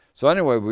so anyway,